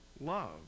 love